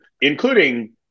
including